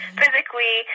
physically